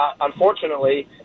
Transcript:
unfortunately